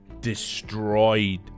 destroyed